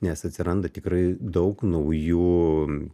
nes atsiranda tikrai daug naujų